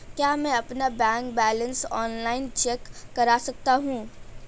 क्या मैं अपना बैंक बैलेंस ऑनलाइन चेक कर सकता हूँ?